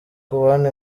kubona